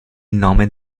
nome